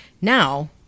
now